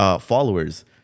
followers